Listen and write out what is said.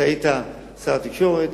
היית שר התקשורת